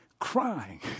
crying